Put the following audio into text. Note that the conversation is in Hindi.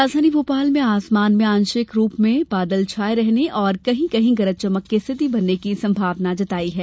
राजधानी भोपाल में आसमान में आंशिक रूप से बादल छाये रहने और कहीं कहीं गरज चमक की स्थिति बनने की संभावना जताई गई है